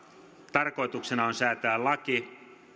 tarkoituksena on säätää laki